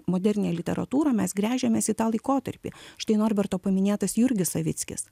moderniąją literatūrą mes gręžiamės į tą laikotarpį štai norberto paminėtas jurgis savickis